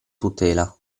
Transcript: tutela